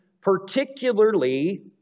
particularly